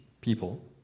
People